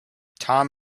tom